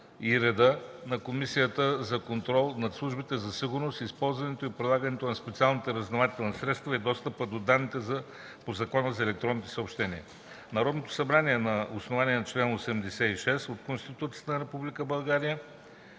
и работата на Комисията за контрол над службите за сигурност, използването и прилагането на специалните разузнавателни средства и достъпа до данните по Закона за електронните съобщения Народното събрание на основание чл. 86 от Конституцията на